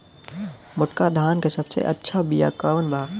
मोटका धान के सबसे अच्छा बिया कवन बा?